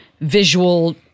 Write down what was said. visual